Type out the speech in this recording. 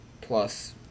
plus